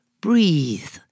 breathe